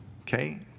okay